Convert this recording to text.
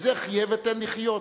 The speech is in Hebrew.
וזה חיה ותן לחיות?